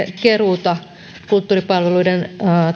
keruuta kulttuuripalveluiden